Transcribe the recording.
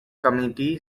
committee